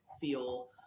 feel